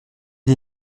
est